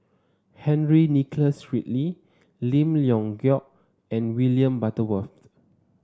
Henry Nicholas Ridley Lim Leong Geok and William Butterworth